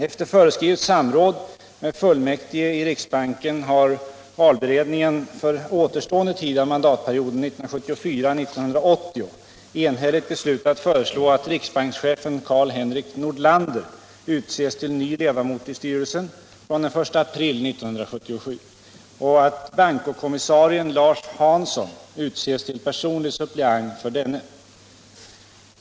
Efter föreskrivet samråd med fullmäktige i riksbanken har valberedningen för återstående tid av mandatperioden 1974-1980 enhälligt beslutat föreslå att riksbankschefen Carl-Henrik Nordlander utses till ny ledamot i styrelsen från den 1 april 1977 och att bankokommissarien Lars Hansson utses till personlig suppleant för denne.